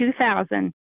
2000